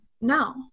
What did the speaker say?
no